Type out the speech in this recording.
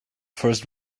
first